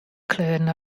kleuren